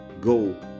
go